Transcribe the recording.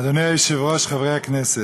אדוני היושב-ראש, חברי הכנסת,